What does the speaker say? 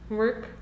work